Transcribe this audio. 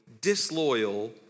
disloyal